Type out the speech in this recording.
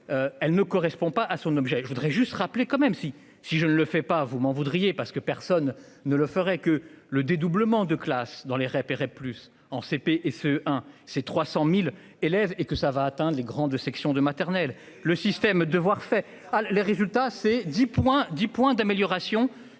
Elle ne correspond pas à son objet. Je voudrais juste rappeler quand même si si je ne le fait pas, vous m'en voudriez parce que personne ne le ferait que le dédoublement de classes dans les repérer plus en CP et se hein. Ces 300.000 élèves et que ça va atteindre grandes sections de maternelle. Le système devoirs faits ah les résultats. C'est 10,10 points d'amélioration